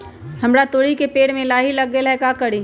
हमरा तोरी के पेड़ में लाही लग गेल है का करी?